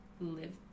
live